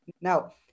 Now